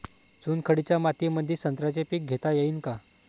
चुनखडीच्या मातीमंदी संत्र्याचे पीक घेता येईन का?